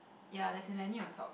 ya there's a menu on top